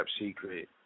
Secret